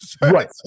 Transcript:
Right